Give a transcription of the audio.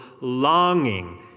longing